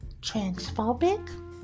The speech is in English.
transphobic